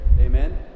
Amen